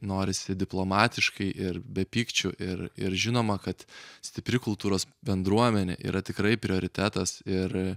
norisi diplomatiškai ir be pykčių ir ir žinoma kad stipri kultūros bendruomenė yra tikrai prioritetas ir